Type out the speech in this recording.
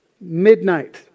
midnight